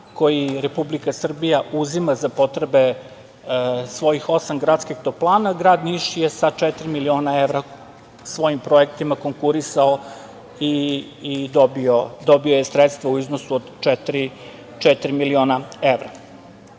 koji Republika Srbija uzima za potrebe svojih osam gradskih toplana. Grad Niš je sa, četiri miliona evra, svojim projektima konkurisao i dobio je sredstva u iznosu od četiri miliona evra. Sve